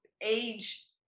age